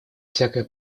всякое